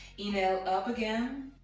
you know up again.